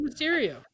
Mysterio